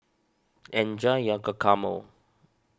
enjoy your Guacamole